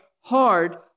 hard